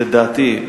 לדעתי,